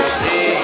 see